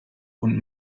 und